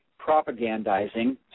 propagandizing